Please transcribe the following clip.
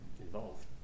involved